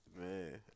Man